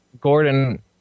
Gordon